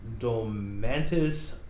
Domantis